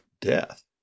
death